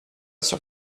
sur